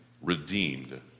redeemed